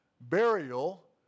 burial